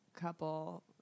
couple